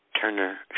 Turner